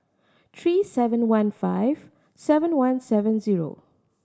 three seven one five seven one seven zero